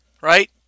right